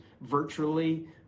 virtually